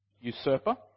usurper